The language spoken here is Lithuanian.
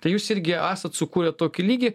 tai jūs irgi esat sukūrę tokį lygį